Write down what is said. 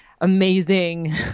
amazing